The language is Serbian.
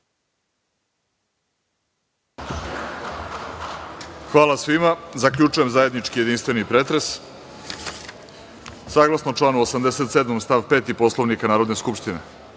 Hvala svima. Zaključujem zajednički jedinstveni pretres. Saglasno članu 87. stav 5. Poslovnika Narodne skupštine,